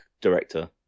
director